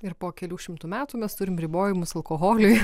ir po kelių šimtų metų mes turim ribojimus alkoholiui